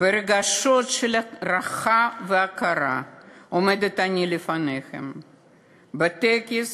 ברגשות של הערכה והוקרה עומדת אני לפניכם בטקס